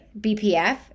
BPF